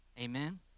amen